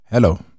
Hello